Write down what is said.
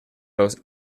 los